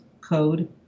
Code